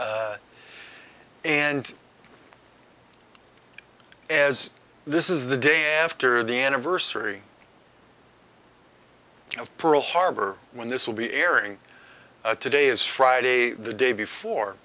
top and as this is the day after the anniversary of pearl harbor when this will be airing today is friday the day before